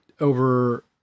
over